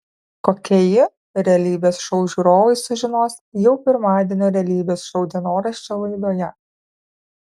kokia ji realybės šou žiūrovai sužinos jau pirmadienio realybės šou dienoraščio laidoje